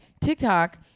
tiktok